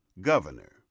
governor